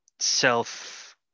self